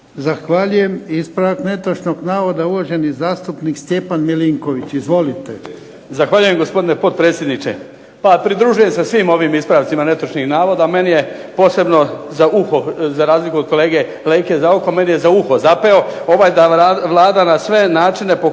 Zahvaljujem. Ispravak netočnog navoda uvaženi zastupnik Stjepan Milinković. Izvolite. **Milinković, Stjepan (HDZ)** Zahvaljujem gospodine potpredsjedniče. Pa pridružujem se svim ovim ispravcima netočnih navoda. Meni je posebno za uho, za razliku od kolege Leke meni je za uho zapeo ovaj da Vlada na sve načine pokušala